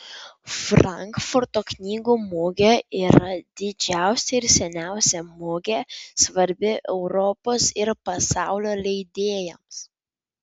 frankfurto knygų mugė yra didžiausia ir seniausia mugė svarbi europos ir pasaulio leidėjams